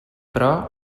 però